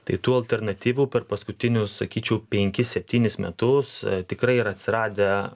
tai tų alternatyvų per paskutinius sakyčiau penkis septynis metus tikrai yra atsiradę